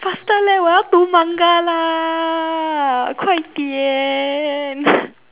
faster leh 我要读 manga lah 快点